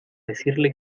decirle